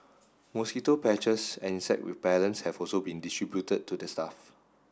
mosquito patches and insect repellents have also been distributed to the staff